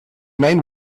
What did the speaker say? main